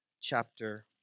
chapter